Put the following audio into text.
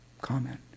comment